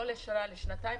לא לשנה אלא לשנתיים.